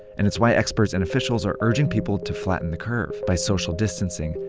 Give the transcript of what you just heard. and it's why experts and officials are urging people to flatten the curve by social distancing,